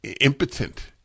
impotent